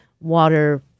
water